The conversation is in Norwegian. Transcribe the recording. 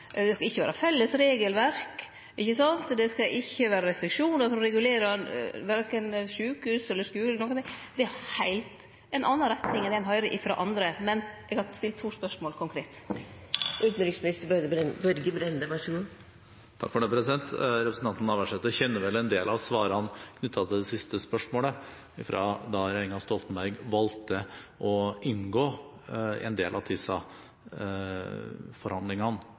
vere restriksjonar som regulerer verken sjukehus, skular eller nokon ting. Det er ei heilt anna retning enn det ein høyrer frå andre. Men eg har stilt to spørsmål, konkret. Representanten Navarsete kjenner vel en del av svarene knyttet til det siste spørsmålet fra da regjeringen Stoltenberg valgte å inngå i en del av